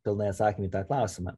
pilnai atsakėm į tą klausimą